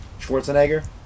Schwarzenegger